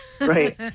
Right